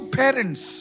parents